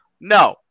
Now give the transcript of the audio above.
No